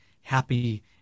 happy